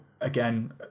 again